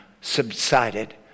Subsided